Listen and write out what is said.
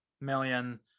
million